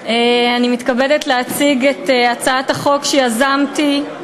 אני מתכבדת להציג את הצעת החוק שיזמתי,